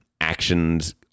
actions